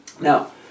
Now